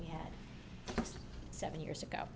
we had seven years ago